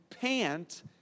pant